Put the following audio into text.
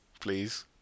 Please